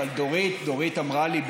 אבל דורית אמרה לי,